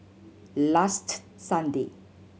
last Sunday